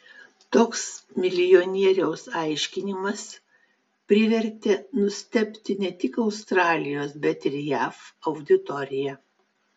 toks milijonieriaus aiškinimas privertė nustebti ne tik australijos bet ir jav auditoriją